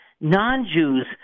non-Jews